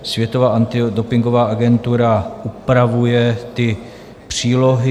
Světová antidopingová agentura upravuje ty přílohy.